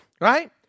right